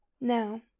Now